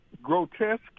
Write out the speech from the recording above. Grotesque